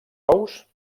ous